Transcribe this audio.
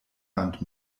wand